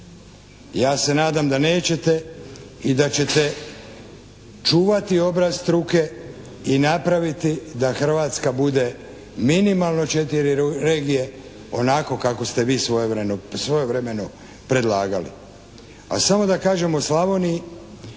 Ja se nadam da nećete i da ćete čuvati obraz struke i napraviti da Hrvatska bude minimalno četiri regije, onako kako ste vi svojevremeno predlagali. A samo da kažem o Slavoniji